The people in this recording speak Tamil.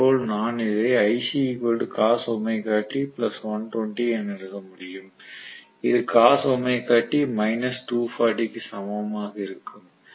அதேபோல நான் இதை என எழுத முடியும் இது க்கு சமமாக இருக்கும்